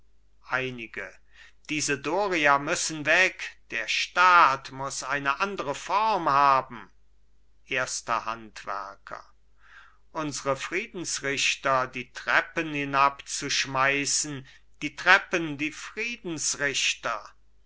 einige diese doria müssen weg der staat muß eine andere form haben erster handwerker unsre friedensrichter die treppen hinabzuschmeißen die treppen die friedensrichter